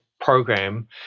program